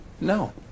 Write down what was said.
No